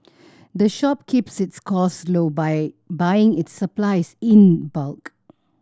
the shop keeps its costs low by buying its supplies in bulk